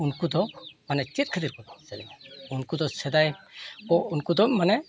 ᱩᱱᱠᱩ ᱫᱚ ᱢᱟᱱᱮ ᱪᱮᱫ ᱠᱷᱟᱹᱛᱤᱨ ᱠᱚ ᱥᱮᱨᱮᱧᱟ ᱩᱱᱠᱩ ᱫᱚ ᱥᱮᱫᱟᱭ ᱠᱚ ᱩᱱᱠᱩ ᱫᱚ ᱢᱟᱱᱮ